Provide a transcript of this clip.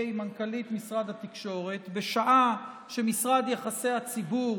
מנכ"לית משרד התקשורת בשעה שמשרד יחסי הציבור